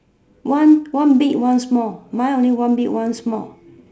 one one big one small mine only one big one small